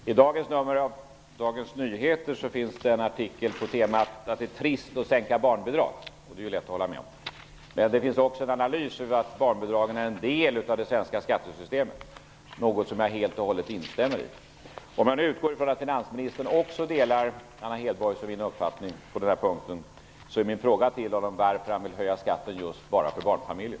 Fru talman! Jag vill ställa en fråga till finansministern. I dagens nummer av Dagens Nyheter finns det en artikel på temat att det är trist att sänka barnbidrag, och det är lätt att hålla med om. Men det finns också en analys över att barnbidragen är en del av det svenska skattesystemet, något som jag helt och hållet instämmer i. Om jag utgår ifrån att finansministern också delar Anna Hedborgs och min uppfattning på den här punkten, så är min fråga: Varför vill finansministern höja skatten just bara för barnfamiljer?